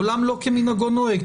עולם לא כמנהגו נוהג.